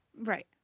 Right